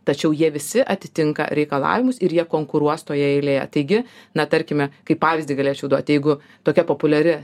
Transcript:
tačiau jie visi atitinka reikalavimus ir jie konkuruos toje eilėje taigi na tarkime kaip pavyzdį galėčiau duot jeigu tokia populiari